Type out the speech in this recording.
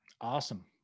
Awesome